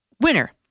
winner